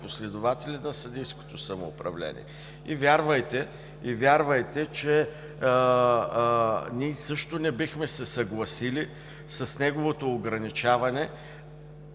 последователи на съдийското самоуправление. И вярвайте, че ние също не бихме се съгласили с неговото ограничаване,